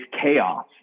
chaos